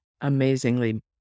amazingly